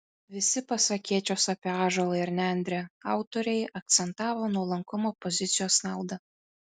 visi pasakėčios apie ąžuolą ir nendrę autoriai akcentavo nuolankumo pozicijos naudą